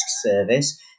service